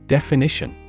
Definition